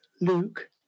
Luke